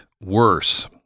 worse